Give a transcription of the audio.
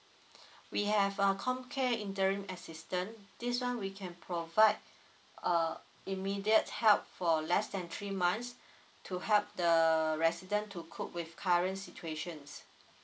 we have a comcare interim assistance this one we can provide uh immediate help for less than three months to help the resident to cope with current situation